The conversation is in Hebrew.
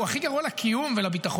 הוא הכי גרוע לקיום ולביטחון,